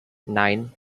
nein